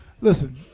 listen